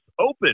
Open